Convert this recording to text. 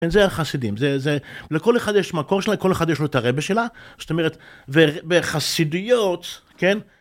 זה החסידים זה זה לכל אחד יש מקור שלה כל אחד יש לו את הרבה שלה זאת אומרת בחסידיות כן.